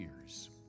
years